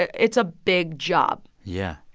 it's a big job yeah